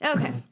Okay